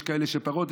יש כאלה שפחות,